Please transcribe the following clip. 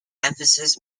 emphasis